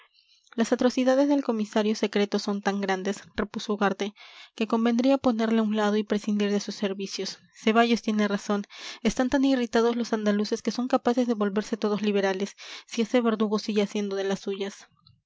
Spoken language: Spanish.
las atrocidades del comisario secreto son tan grandes repuso ugarte que convendría ponerle a un lado y prescindir de sus servicios ceballos tiene razón están tan irritados los andaluces que son capaces de volverse todos liberales si ese verdugo sigue haciendo de las suyas